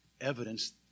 evidence